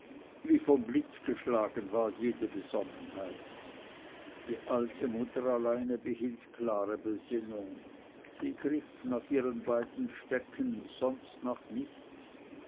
wie vom blitz geschlagen war jede besonnenheit die alte mutter alleine behielt klare besinnung sie griff nach ihren beiden stecken sonst nach nichts